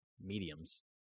mediums